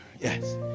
Yes